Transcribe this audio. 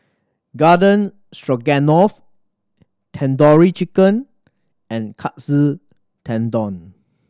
Garden Stroganoff Tandoori Chicken and Katsu Tendon